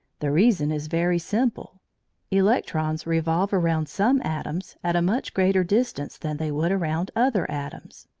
the reason is very simple electrons revolve around some atoms at a much greater distance than they would around other atoms.